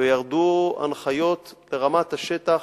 וירדו הנחיות לרמת השטח,